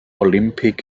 olympic